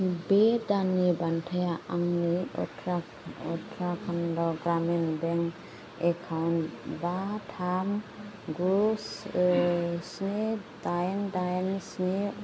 बे दाननि दान बान्थाया आंनि उत्तराखन्ड ग्रामिन बेंक एकाउन्ट बा थाम गु स्नि दाइन दाइन स्नि